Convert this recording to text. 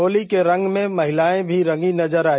होली के रंग में महिलाएं भी रंगी नजर आई